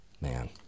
Man